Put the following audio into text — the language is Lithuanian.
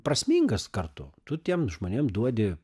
prasmingas kartu tu tiem žmonėm duodi